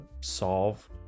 solve